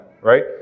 right